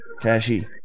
Cashy